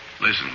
Listen